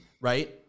Right